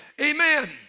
Amen